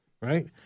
Right